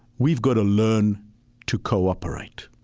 we've got to learn to cooperate.